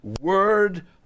word